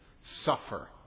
Suffer